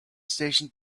station